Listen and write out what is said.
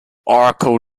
oracle